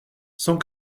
cent